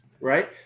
Right